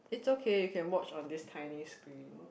it's okay you can watch on this tiny screen